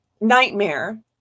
nightmare